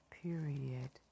period